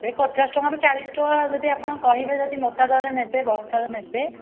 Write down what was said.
ସେ ପଚାଶ ଟଙ୍କାରୁ ଚାଳିଶ ଟଙ୍କା ଯଦି ଆପଣ କହିବେ ଯଦି ମୋଟା ଦରରେ ନେବେ ବସ୍ତାରେ ନେବେ